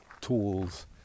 tools